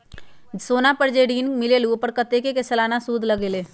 सोना पर जे ऋन मिलेलु ओपर कतेक के सालाना सुद लगेल?